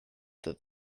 that